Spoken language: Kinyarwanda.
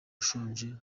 ushonje